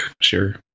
Sure